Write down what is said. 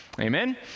Amen